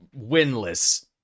winless